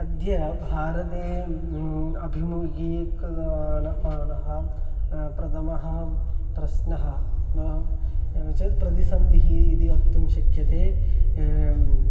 अद्य भारते अभिमुखीकल मानः प्रथमः प्रश्नः नो चेत् प्रतिशन्ति इति वक्तुं शक्यते